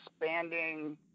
expanding